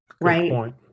Right